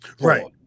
Right